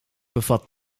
bevat